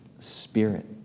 spirit